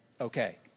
okay